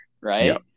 right